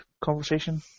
conversation